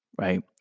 right